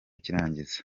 cy’irangiza